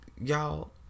Y'all